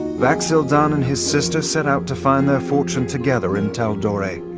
vax'ildan and his sister set out to find their fortune together in tal'dorei.